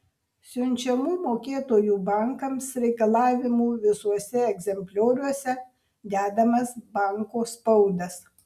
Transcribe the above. siunčiamų mokėtojų bankams reikalavimų visuose egzemplioriuose dedamas banko spaudas